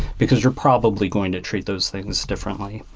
because you're probably going to treat those things differently.